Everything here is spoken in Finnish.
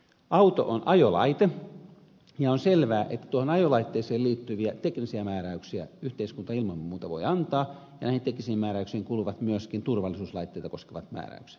auto on ajolaite ja on selvää että tuohon ajolaitteeseen liittyviä teknisiä määräyksiä yhteiskunta ilman muuta voi antaa ja näihin teknisiin määräyksiin kuuluvat myöskin turvallisuuslaitteita koskevat määräykset